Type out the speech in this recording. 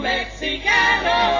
Mexicano